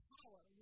power